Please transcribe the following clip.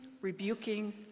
rebuking